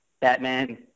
Batman